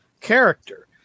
character